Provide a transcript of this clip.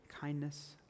kindness